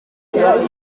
cyane